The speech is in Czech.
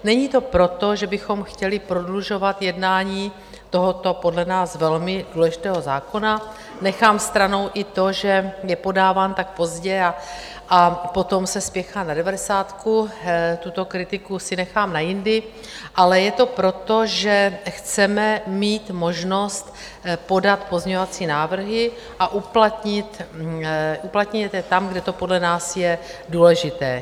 Není to proto, že bychom chtěli prodlužovat jednání tohoto podle nás velmi důležitého zákona, nechám stranou i to, že je podáván tak pozdě a potom se spěchá na devadesátku, tuto kritiku si nechám na jindy, ale je to proto, že chceme mít možnost podat pozměňovací návrhy a uplatnit je tam, kde to podle nás je důležité.